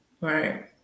Right